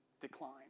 decline